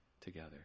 together